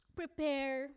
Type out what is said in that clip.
prepare